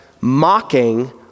mocking